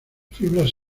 fibras